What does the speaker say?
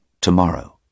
tomorrow